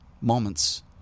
moments